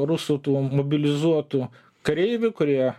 rusų tų mobilizuotų kareivių kurie